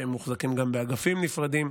שהם מוחזקים גם באגפים נפרדים,